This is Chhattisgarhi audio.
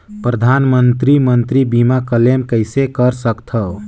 परधानमंतरी मंतरी बीमा क्लेम कइसे कर सकथव?